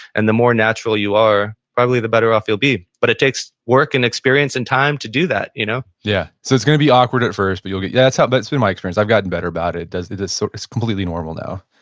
and the more natural you are, probably the better off you'll be. but it takes work and experience and time to do that, you know yeah. so it's going to be awkward at first, but you'll get, yeah, that's how but it's been my experience, i've gotten better about it. it sort of is completely normal now?